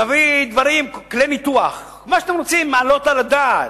נביא כלי ניתוח, מה שאתם רוצים להעלות על הדעת.